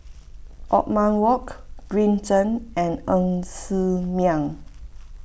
Othman Wok Green Zeng and Ng Ser Miang